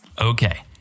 Okay